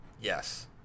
Yes